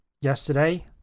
yesterday